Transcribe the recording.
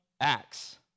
acts